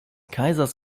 kaisers